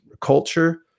culture